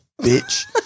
Bitch